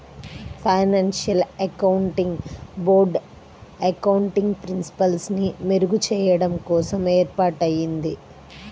financial accounting board accounting ప్రిన్సిపల్స్ని మెరుగుచెయ్యడం కోసం ఏర్పాటయ్యింది